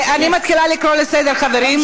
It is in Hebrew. אני מתחילה לקרוא לסדר, חברים.